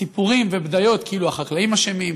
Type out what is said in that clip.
סיפורים ובדיות כאילו החקלאים אשמים,